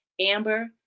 Amber